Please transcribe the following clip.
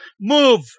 Move